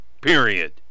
Period